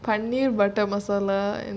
paneer butter masala butter masala and then